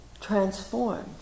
transformed